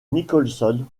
nicholson